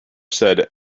said